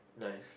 nice